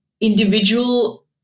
individual